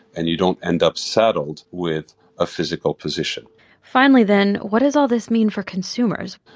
and you don't end up saddled with a physical position finally, then, what does all this mean for consumers?